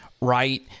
right